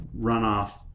runoff